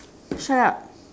shut up